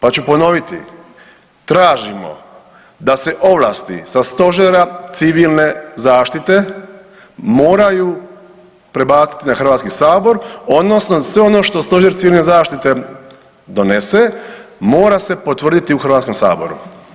Pa ću ponoviti, tražimo da se ovlasti sa Stožera civilne zaštite moraju prebaciti na Hrvatski sabor odnosno sve ono što Stožer civilne zaštite donese mora se potvrditi u Hrvatskom saboru.